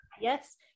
yes